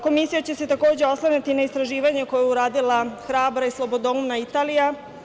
Komisija će se, takođe, oslanjati na istraživanje koje je uradila hrabra i slobodoumna Italija.